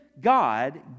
God